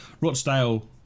Rochdale